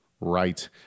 Right